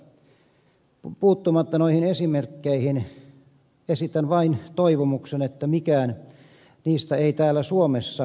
puuttumatta noihin esimerkkeihin esitän vain toivomuksen että mikään niistä ei täällä suomessa toteutuisi